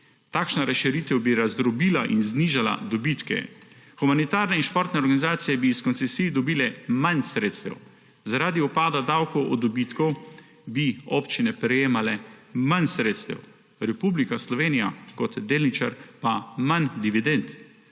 Takšna razširitev bi razdrobila in znižala dobitke. Humanitarne in športne organizacije bi iz koncesij dobile manj sredstev. Zaradi upada davkov od dobitkov bi občine prejemale manj sredstev, Republika Slovenija kot delničar pa manj dividend.